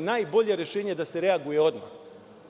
najbolje rešenje je da se reaguje odmah